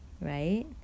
Right